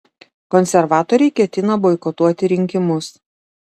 konservatoriai ketina boikotuoti rinkimus